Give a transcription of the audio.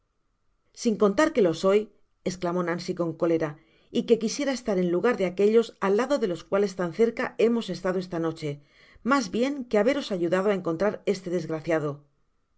sin contar que lo soy esclamó nancy con cóleray que quisiera estar en lugar de aquellos al lado de los cuales tan cerca hemos pasado esta noche mas bien que haberos ayudado á encontrar este desgraciado